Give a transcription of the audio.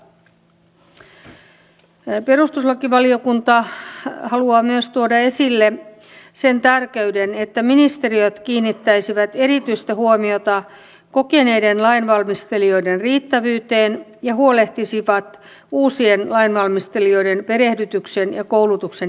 perustuslakivaliokunta haluaa tuoda esille myös sen tärkeyden että ministeriöt kiinnittäisivät erityistä huomiota kokeneiden lainvalmistelijoiden riittävyyteen ja huolehtisivat uusien lainvalmistelijoiden perehdytyksen ja koulutuksen järjestämisestä